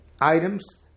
items